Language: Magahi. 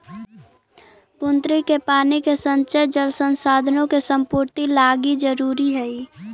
बुन्नी के पानी के संचय जल संसाधनों के संपूर्ति लागी जरूरी हई